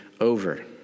over